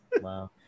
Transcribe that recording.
wow